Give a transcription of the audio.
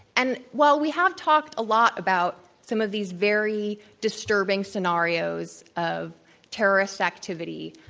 and while we have talked a lot about some of these very disturbing scenarios of terrorist activity,